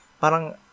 parang